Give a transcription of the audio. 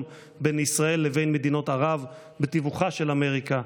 בין ישראל לבין מדינות ערב בתיווכה של אמריקה,